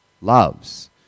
loves